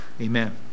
Amen